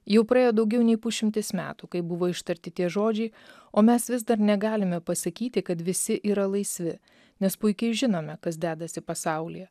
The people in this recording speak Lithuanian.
jau praėjo daugiau nei pusšimtis metų kai buvo ištarti tie žodžiai o mes vis dar negalime pasakyti kad visi yra laisvi nes puikiai žinome kas dedasi pasaulyje